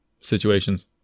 situations